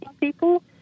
people